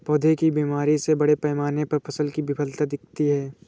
पौधों की बीमारी से बड़े पैमाने पर फसल की विफलता दिखती है